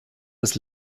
des